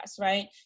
right